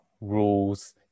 rules